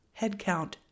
headcount